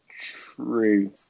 true